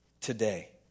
Today